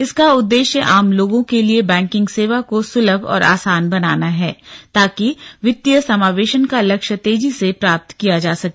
इसका उद्देश्य आम लोगों के लिए बैंकिंग सेवा को सुलभ और आसान बनाना है ताकि वित्तीय समावेशन का लक्ष्य तेजी से प्राप्त किया जा सके